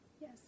Yes